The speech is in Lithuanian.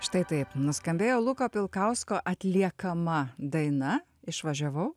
štai taip nuskambėjo luko pilkausko atliekama daina išvažiavau